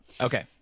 Okay